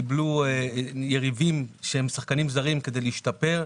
קיבלו יריבים שהם שחקנים זרים כדי להשתפר.